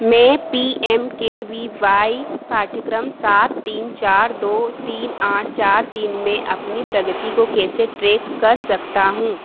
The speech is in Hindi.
मैं P M K V Y पाठ्यक्रम सात तीन चार दो तीन आठ चार तीन में अपनी प्रगति को कैसे ट्रैक कर सकता हूँ